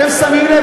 אתם שמים לב,